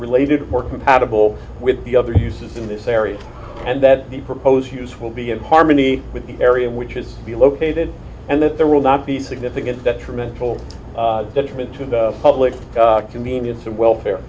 related were compatible with the other uses in this area and that the proposed use will be in harmony with the area which is to be located and that there will not be significant detrimental detriment to the public convenience and welfare